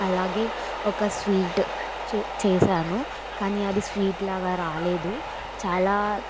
అలాగే ఒక స్వీట్ చే చేశాను కానీ అది స్వీట్లాగా రాలేదు చాలా